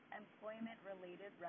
employment-related